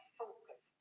focus